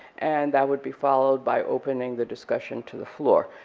and that will be followed by opening the discussion to the floor,